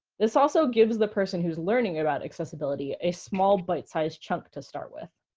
this also gives the person who's learning about accessibility a small, bite-sized chunk to start with.